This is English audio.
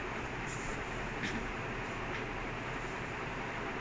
he won't play properly won't do this he is twenty five twenty six now already quite old